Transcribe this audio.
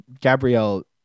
Gabrielle